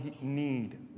need